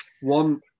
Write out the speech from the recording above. One